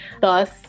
Thus